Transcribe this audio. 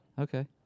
Okay